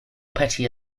petty